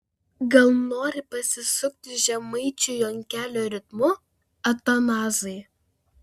gal nori pasisukti žemaičių jonkelio ritmu atanazai